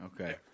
Okay